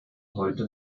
heute